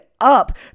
up